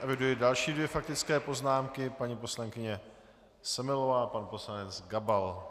Eviduji další dvě faktické poznámky: paní poslankyně Semelová a pan poslanec Gabal.